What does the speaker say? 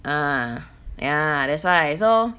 ah ya that's why I so